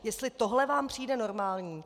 Jestli tohle vám přijde normální?